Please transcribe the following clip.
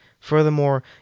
Furthermore